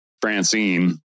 Francine